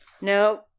No